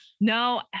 No